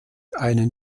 einen